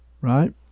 right